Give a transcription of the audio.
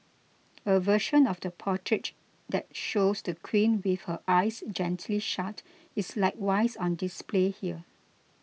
a version of the portrait that shows the Queen with her eyes gently shut is likewise on display here